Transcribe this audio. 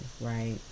Right